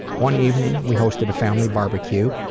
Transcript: one evening we hosted a family barbecue.